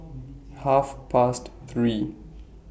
Half Past three